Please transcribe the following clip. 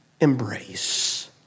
embrace